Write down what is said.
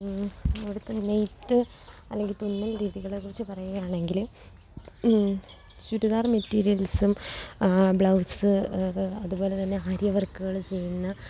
ഇവിടുത്തെ നെയ്ത്ത് അല്ലെങ്കിൽ തുന്നൽ രീതികളെക്കുറിച്ച് പറയുകയാണെങ്കിൽ ചുരിദാർ മെറ്റീരിയൽസും ബ്ലൗസ് അതുപോലെതന്നെ ആര്യ വർക്കുകൾ ചെയ്യുന്ന